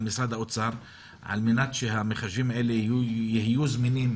משרד האוצר על מנת שהמחשבים האלה יהיו זמינים